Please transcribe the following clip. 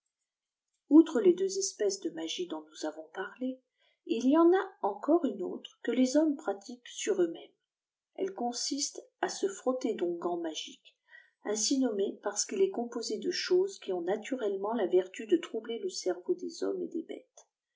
outre les deux espèces de magie dont nous avons parlé ifi ea a encôi'e une autlé que les hommes pratiquent sur eux môiées elle consisté à fh tter d'onguent magiqi ainsi nomibé parce qu'il eàt composé de jboses qui ont natùrelleiant la vnwta de âtublér le ceheàu des hommes et des botes